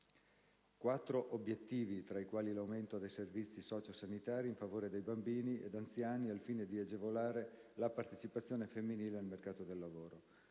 quattro obiettivi, tra i quali l'aumento dei servizi socio-sanitari in favore di bambini ed anziani al fine di agevolare la partecipazione femminile al mercato del lavoro.